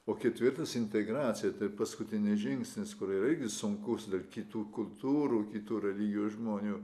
o ketvirtas integracija tai paskutinis žingsnis kur yra irgi sunkus dėl kitų kultūrų kitų religijų žmonių